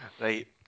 Right